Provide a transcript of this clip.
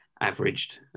averaged